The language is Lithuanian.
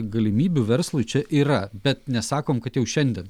galimybių verslui čia yra bet nesakom kad jau šiandien